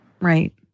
Right